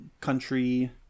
country